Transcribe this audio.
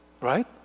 Right